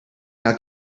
now